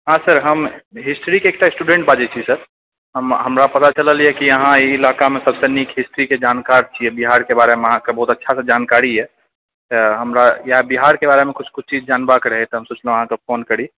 हँ सर हम हिस्ट्रीके एकटा स्टूडेंट बाजै छी सर हमरा पता चललए कि अहाँ एहि ईलाकामे सबसँ निक हिस्ट्रीके जानकार छिऐ बिहारके बारेमे अहाँके बहुत अच्छासँ जानकारी यऽ तऽ हमरा इएह बिहारके बारेमे किछु किछु चीज जनबाके रहै तऽ सोचलहुँ अहाँकेँ फोन करी